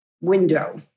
window